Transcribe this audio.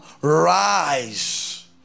rise